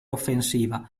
offensiva